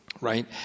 right